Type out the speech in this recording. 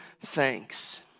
thanks